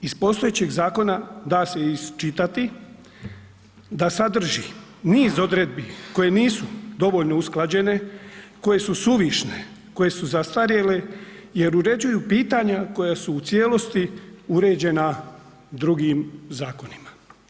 Iz postojećeg zakona, da se iščitati, da sadrži niz odredbi koje nisu dovoljno usklađene, koje su suvišne, koje su zastarjele jer uređuju pitanja koja su u cijelosti uređena drugim zakonima.